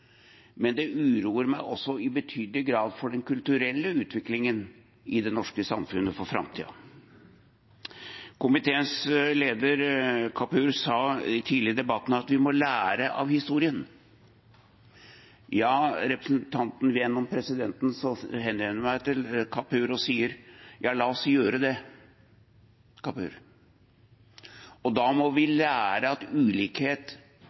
men det uroer meg også i betydelig grad når det gjelder den kulturelle utviklingen i det norske samfunnet for framtiden. Komiteens leder, Kapur, sa tidligere i debatten at vi må lære av historien. Ja, gjennom presidenten henvender jeg meg til Kapur og sier: Ja, la oss gjøre det, Kapur. Og da må vi lære at ulikhet